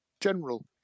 General